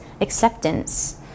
acceptance